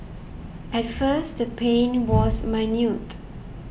at first the pain was minute